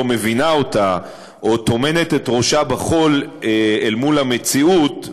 מבינה אותה או טומנת את ראשה בחול אל מול המציאות,